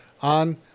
on